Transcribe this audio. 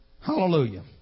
Hallelujah